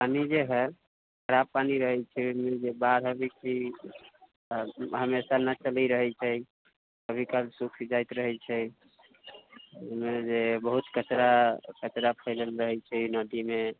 पानि जे हय थोड़ा पानि रहैत छै ओहिमे जे बाढ़ि अबैत छै तऽ हमेशा नहि चलि रहैत छै कभी काल सुखि जाइत रहैत छै ओहिमे जे बहुत कचड़ा कचड़ा फैलल रहैत छै ओहि नदीमे